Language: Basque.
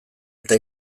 eta